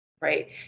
right